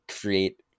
create –